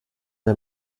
der